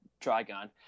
Trigon